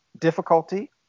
difficulty